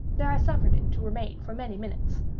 there i suffered it to remain for many minutes,